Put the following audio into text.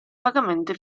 vagamente